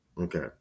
Okay